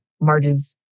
Marge's